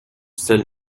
seuls